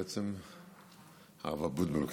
בעצם הרב אבוטבול כאן.